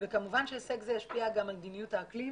וכמובן שהישג זה ישפיע גם מדיניות האקלים